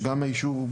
שגם האישור,